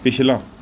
ਪਿਛਲਾ